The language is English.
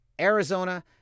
Arizona